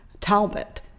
Talbot